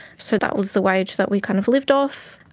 so that was the wage that we kind of lived off.